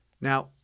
Now